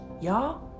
y'all